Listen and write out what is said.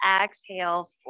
exhale